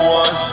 one